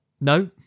no